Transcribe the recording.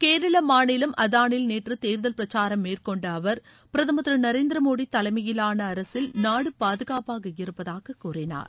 கேரள மாநிலம் அதானில் நேற்று தேர்தல் பிரச்சாரம் மேற்கொண்ட அவர் பிரதமர் திரு நரேந்திர மோடி தலைமையிலான அரசில் நாடு பாதுகாப்பாக இருப்பதாக கூறினார்